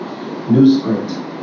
newsprint